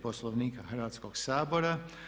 Poslovnika Hrvatskoga sabora.